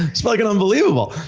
it's fuckin' unbelievable!